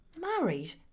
married